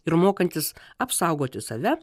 ir mokantys apsaugoti save